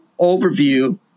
overview